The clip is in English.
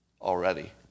Already